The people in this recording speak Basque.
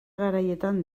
garaietan